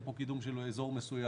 אין פה קידום של אזור מסוים.